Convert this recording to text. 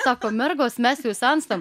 sako mergos mes jau senstam